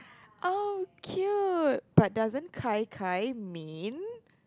oh cute but doesn't kai kai mean